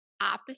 opposite